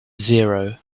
zero